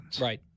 Right